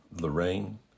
Lorraine